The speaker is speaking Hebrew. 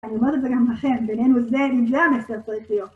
אני אומרת את זה גם לכם, בינינו זה המסר צריך להיות.